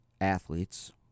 athletes